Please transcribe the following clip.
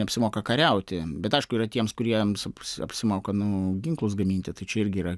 neapsimoka kariauti bet aišku yra tiems kuriems apsimoka nu ginklus gaminti tai čia irgi yra